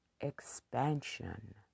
expansion